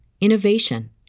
innovation